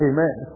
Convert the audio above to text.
Amen